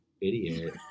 idiot